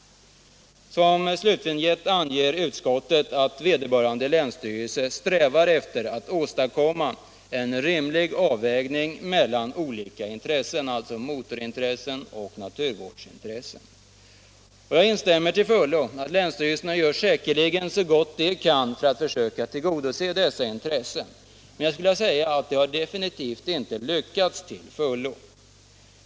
Som slutvinjett anger utskottet att vederbörande länsstyrelse strävar efter att åstadkomma en rimlig avvägning mellan olika intressen, alltså mellan motorintressen och naturvårdsintressen. Jag instämmer till fullo. Länsstyrelserna gör säkerligen så gott de kan för att försöka tillgodose dessa intressen, men jag vill säga att de definitivt inte helt har lyckats.